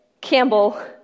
Campbell